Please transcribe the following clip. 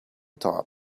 top